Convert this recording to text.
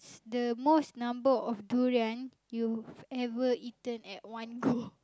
the most number of durian you ever eaten at one go